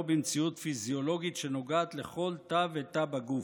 במציאות פיזיולוגית שנוגעת לכל תא ותא בגוף.